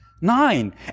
Nine